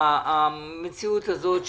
המציאות הזאת,